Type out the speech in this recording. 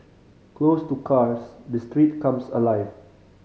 closed to cars the streets come alive